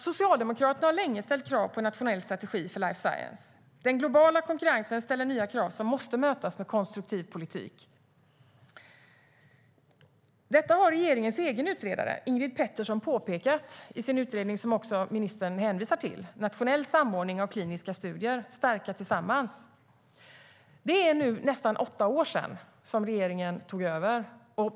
Socialdemokraterna har länge ställt krav på en nationell strategi för life science. Den globala konkurrensen ställer nya krav som måste mötas med konstruktiv politik. Detta har regeringens egen utredare Ingrid Pettersson påpekat i sin utredning, som också ministern hänvisar till: Nationell samordning av kliniska studier - Starka tillsammans . Det är nu nästan åtta år sedan regeringen tog över.